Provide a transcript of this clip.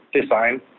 design